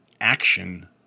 action